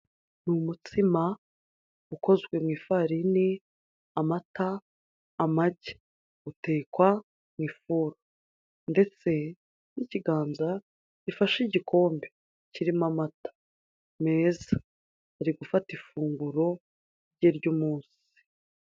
Ni mutsima ukozwe mu ifarini, amata, amagi, utekwa mu ifuru ndetse n'ikiganza gifashe igikombe kirimo amata meza, ari gufata ifunguro rye ry'umunsi.